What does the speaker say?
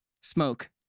Smoke